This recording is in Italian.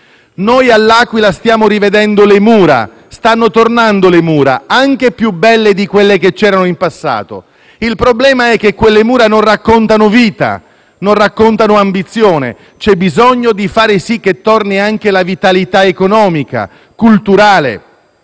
All'Aquila stiamo rivedendo le mura; stanno tornando le mura, anche più belle di quelle che c'erano in passato. Il problema è che quelle mura non raccontano vita, né ambizione e c'è bisogno di far sì che tornino anche la vitalità economica, culturale,